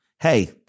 hey